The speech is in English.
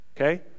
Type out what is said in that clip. Okay